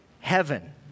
heaven